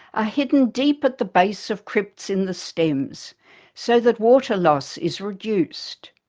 ah hidden deep at the base of crypts in the stems so that water-loss is reduced.